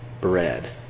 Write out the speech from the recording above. bread